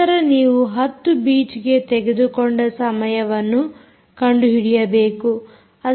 ನಂತರ ನೀವು 10 ಬೀಟ್ಗೆ ತೆಗೆದುಕೊಂಡ ಸಮಯವನ್ನು ಕಂಡುಹಿಡಿಯಬೇಕು